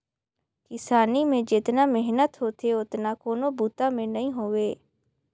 किसानी में जेतना मेहनत होथे ओतना कोनों बूता में नई होवे